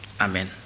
Amen